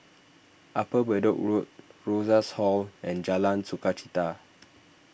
Upper Bedok Road Rosas Hall and Jalan Sukachita